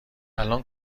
الان